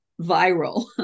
viral